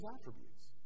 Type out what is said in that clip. attributes